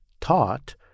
taught